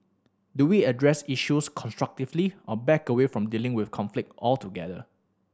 do we address issues constructively or back away from dealing with conflict altogether